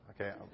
Okay